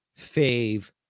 fave